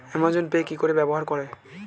Amazon Pay কি করে ব্যবহার করব?